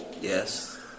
Yes